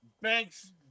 Banks